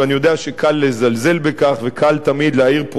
ואני יודע שקל לזלזל בכך וקל תמיד להאיר עם